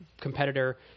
competitor